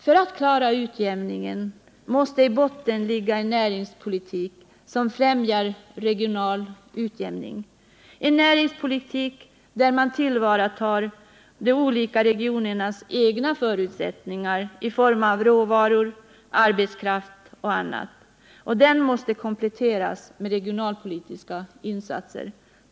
För att klara utjämningen måste i botten ligga en näringspolitik som främjar regional utjämning, en näringspolitik där man tillvaratar de olika regionernas egna förutsättningar i form av råvaror, arbetskraft och annat. Och den måste kompletteras med regionalpolitiska insatser.